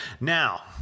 Now